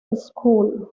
school